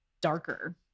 darker